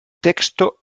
texto